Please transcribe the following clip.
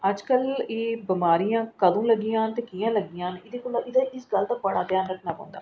अजकल एह् बिमारियां कदूं लग्गी जाह्न ते कि'यां लग्गी जाह्न इस गल्ल दा बड़ा ध्यान रक्खना पौंदा